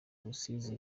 rusizi